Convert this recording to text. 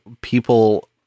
people